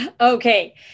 Okay